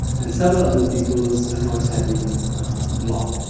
and several other people's accounts had been blocked.